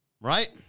Right